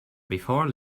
before